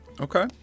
Okay